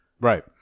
Right